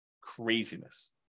Craziness